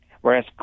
Whereas